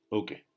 okay